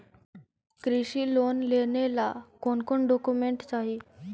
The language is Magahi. कृषि लोन लेने ला कोन कोन डोकोमेंट चाही?